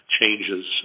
changes